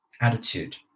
attitude